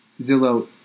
Zillow